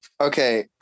Okay